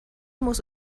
muss